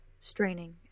Straining